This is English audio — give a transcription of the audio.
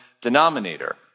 denominator